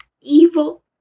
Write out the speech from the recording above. evil